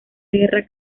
guerra